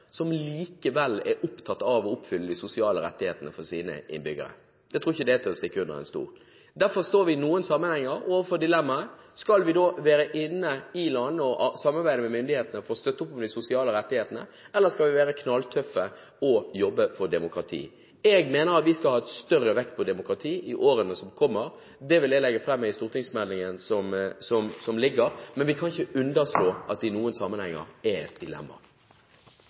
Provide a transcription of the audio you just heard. som likevel er opptatt av å oppfylle de sosiale rettighetene for sine innbyggere. Jeg tror ikke det er til å stikke under stol. Derfor står vi i noen sammenhenger overfor dilemmaet: Skal vi være inne i landet og samarbeide med myndighetene for å støtte opp om de sosiale rettighetene, eller skal vi være knalltøffe og jobbe for demokrati? Jeg mener at vi skal ha en større vekt på demokrati i årene som kommer. Det vil jeg legge fram i den stortingsmeldingen som skal komme, men vi kan ikke underslå at det i noen sammenhenger er et dilemma.